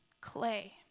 clay